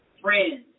Friends